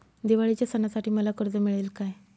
दिवाळीच्या सणासाठी मला कर्ज मिळेल काय?